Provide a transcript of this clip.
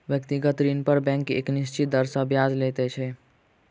व्यक्तिगत ऋण पर बैंक एक निश्चित दर सॅ ब्याज लैत छै